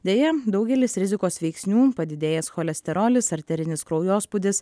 deja daugelis rizikos veiksnių padidėjęs cholesterolis arterinis kraujospūdis